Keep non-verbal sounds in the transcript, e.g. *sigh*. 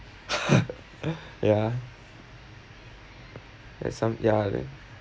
*laughs* ya and some ya